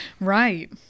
Right